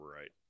right